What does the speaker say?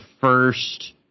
first